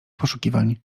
poszukiwań